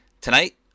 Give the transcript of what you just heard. Tonight